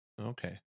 okay